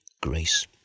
grace